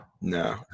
No